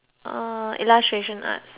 uh illustration art